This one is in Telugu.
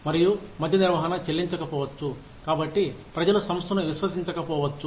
మరియు మధ్య నిర్వహణ చెల్లించకపోవచ్చు కాబట్టి ప్రజలు సంస్థను విశ్వసించక పోవచ్చు